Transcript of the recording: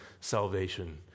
salvation